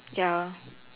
ya